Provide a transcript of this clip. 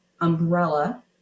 umbrella